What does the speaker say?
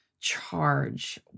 charge